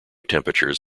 temperature